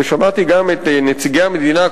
ושמעתי גם את נציגי המדינה,